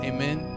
Amen